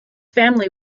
family